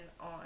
on